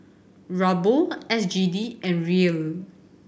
Ruble S G D and Riel